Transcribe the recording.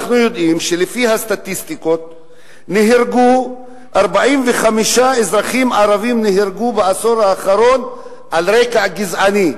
אנחנו יודעים שלפי הסטטיסטיקות 45 אזרחים ערבים נהרגו על רקע גזעני,